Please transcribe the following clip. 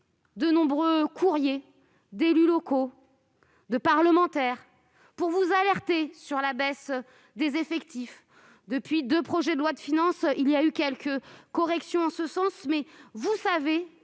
de nombreux courriers d'élus locaux, de parlementaires, qui vous ont alerté sur la baisse des effectifs. Les deux dernières lois de finances ont introduit quelques corrections en ce sens, mais vous savez